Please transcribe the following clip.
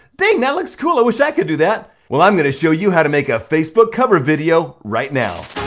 dang, that looks cool, i wish i could do that. well, i'm gonna show you how to make a facebook cover video right now.